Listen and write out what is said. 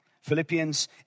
Philippians